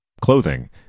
clothing